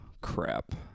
crap